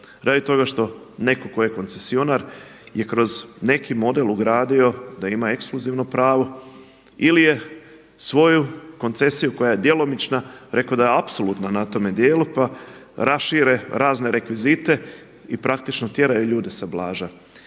radi toga što netko tko je koncesionar je kroz neki model ugradio da ima ekskluzivno pravo. Ili je svoju koncesiju koja je djelomična rekao da je apsolutna na tome dijelu, pa rašire razne rekvizite i praktično tjeraju ljude sa plaža.